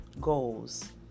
goals